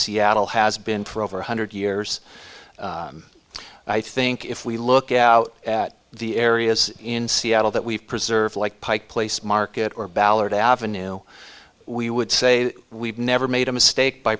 seattle has been for over one hundred years i think if we look out at the areas in seattle that we've preserved like pike place market or ballard avenue we would say we've never made a mistake by